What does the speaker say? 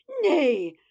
Nay